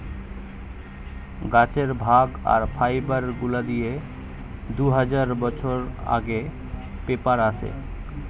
গাছের ভাগ আর ফাইবার গুলা দিয়ে দু হাজার বছর আগে পেপার আসে